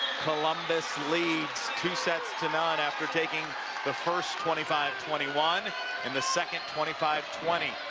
columbus leads two sets to none after taking the first twenty five twenty one and the second twenty five twenty.